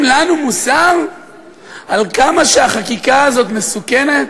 לנו מוסר על כמה שהחקיקה הזאת מסוכנת?